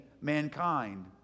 mankind